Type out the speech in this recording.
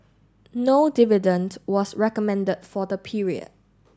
no dividend was recommended for the period